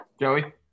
Joey